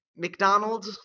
McDonalds